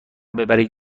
ببرید